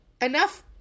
Enough